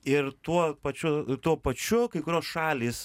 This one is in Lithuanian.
ir tuo pačiu tuo pačiu kai kurios šalys